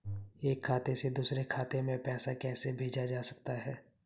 एक खाते से दूसरे खाते में पैसा कैसे भेजा जा सकता है?